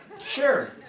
Sure